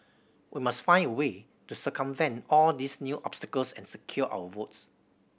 we must find a way to circumvent all these new obstacles and secure our votes